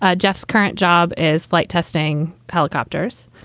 ah jeff's current job is flight testing helicopters.